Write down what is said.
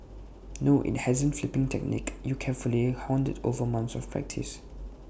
no IT wasn't the flipping technique you carefully honed over months of practice